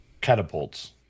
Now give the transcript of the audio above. Catapults